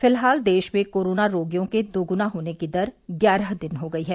फिलहाल देश में कोरोना रोगियों के दोगुना होने की दर ग्यारह दिन हो गई है